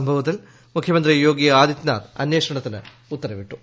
സംഭവത്തിൽ മുഖ്യമന്ത്രി യോഗി ആദിത്യനാഥ് അന്വേഷണത്തിന് ഉത്തരവിട്ടു